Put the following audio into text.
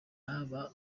kuba